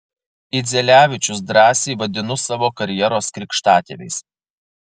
idzelevičius drąsiai vadinu savo karjeros krikštatėviais